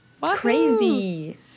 Crazy